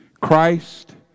Christ